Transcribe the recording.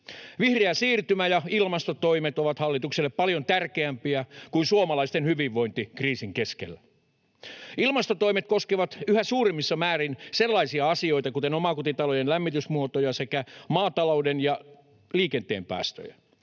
Vihreä siirtymä ja ilmastotoimet ovat hallitukselle paljon tärkeämpiä kuin suomalaisten hyvinvointi kriisin keskellä. Ilmastotoimet koskevat yhä suuremmissa määrin sellaisia asioita, kuten omakotitalojen lämmitysmuotoja sekä maatalouden ja liikenteen päästöjä,